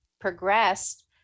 progressed